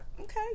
okay